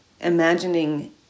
imagining